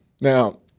Now